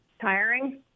tiring